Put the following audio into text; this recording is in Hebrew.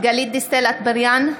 גלית דיסטל אטבריאן,